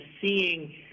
seeing